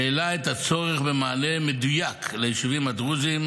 שהעלה את הצורך במענה מדויק ליישובים הדרוזיים,